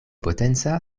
potenca